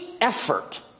effort